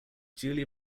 julia